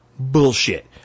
Bullshit